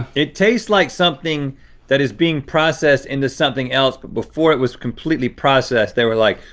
it tastes like something that is being processed into something else, but before it was completely processed they were like,